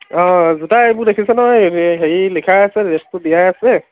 অঁ অঁ জোতা এইবোৰ দেখিছে নহয় এই হেৰি লিখাই আছে ৰেছটো দিয়াই আছে